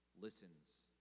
listens